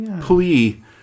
plea